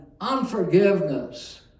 Unforgiveness